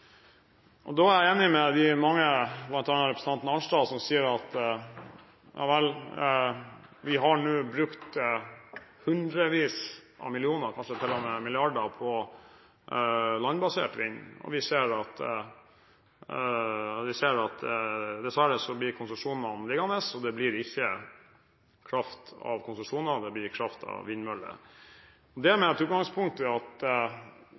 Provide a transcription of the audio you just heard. er enig med de mange – bl.a. representanten Arnstad – som sier at vi har brukt hundrevis av millioner, til og med milliarder, på landbasert vind, og vi ser at konsesjonene dessverre blir liggende: Det blir ikke kraft av konsesjoner, det blir kraft av vindmøller. Mitt utgangspunkt er at